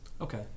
Okay